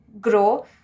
grow